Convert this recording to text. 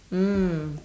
mm